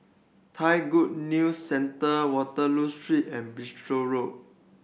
Thai Good News Centre Waterloo Street and Bristol Road